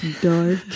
dark